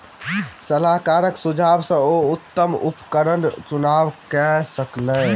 सलाहकारक सुझाव सॅ ओ उत्तम उपकरणक चुनाव कय सकला